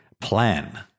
plan